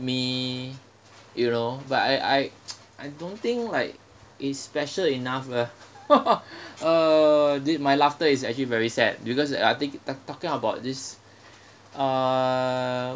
me you know but I I I don't think like it's special enough ah uh dude my laughter is actually very sad because uh I think talk talking about this uh